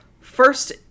First